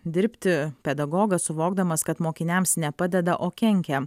dirbti pedagogas suvokdamas kad mokiniams nepadeda o kenkia